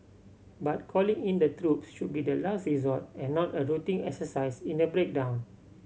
but calling in the troops should be the last resort and not a routine exercise in a breakdown